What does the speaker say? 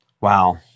Wow